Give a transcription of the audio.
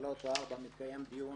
שלוש או ארבע מתקיים דיון